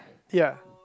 ya